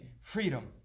freedom